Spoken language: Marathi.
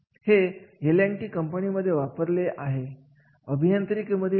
जर वास्तविक बक्षीस कनाली असेल तर निश्चितपणे त्याचा फायदा संस्थेसाठी सुद्धा होतो